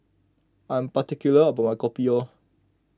I am particular about my Kopi O